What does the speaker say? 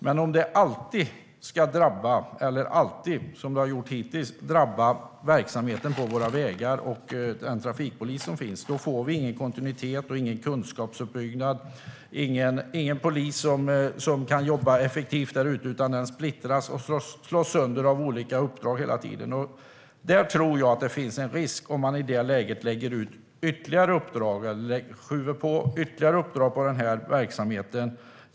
Men om det alltid - som det har gjort hittills - ska drabba polisverksamheten på vägarna, då får vi ingen kontinuitet, ingen kunskapsuppbyggnad, ingen polis som kan jobba effektivt. Trafikpolisen splittras och slås hela tiden sönder av olika uppdrag. Jag tror att det finns en risk om man i den situationen lägger ut ytterligare uppdrag på den här verksamheten.